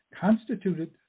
constituted